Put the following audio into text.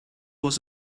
was